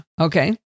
Okay